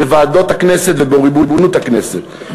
בוועדות הכנסת ובריבונות הכנסת.